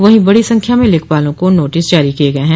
वहीं बड़ी संख्या में लेखपालों को नोटिस जारी किये गये हैं